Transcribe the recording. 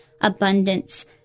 abundance